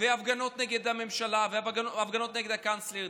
הפגנות נגד הממשלה והפגנות נגד הקנצלרית.